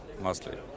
mostly